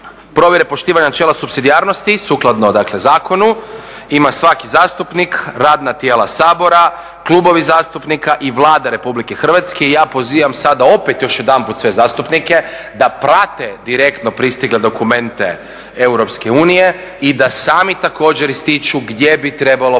provjere poštivanja načela supsidijarnosti sukladno dakle zakonu, ima svaki zastupnik, radna tijela Sabora, klubovi zastupnika i Vlada RH i ja pozivam sada opet još jedanput sve zastupnike da prate direktno pristigle dokumente EU i da sami također ističu gdje bi trebalo